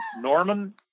Norman